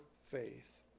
faith